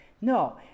no